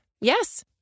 Yes